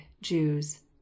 jews